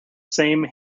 same